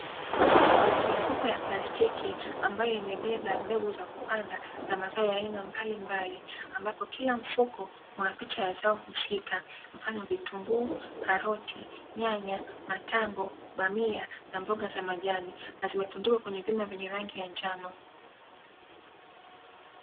Mifuko ya plastiki ambayo imebeba mbegu za kupanda za mazao ya aina mbalimbali. Ambapo kila mfuko una picha ya zao husika, mfano: vitunguu, karoti, nyanya, matango, bamia na mboga za majani; na zimetundikwa kwenye vyuma vyenye rangi ya njano.